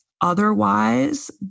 otherwise